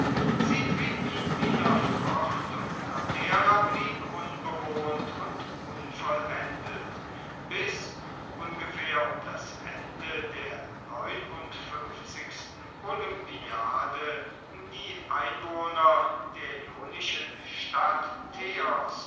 sie trieben ihn wieder fort und abdera blieb unbewohnt und unvollendet bis ungefähr um das ende der neun olympia die einwohner der ionischen stadt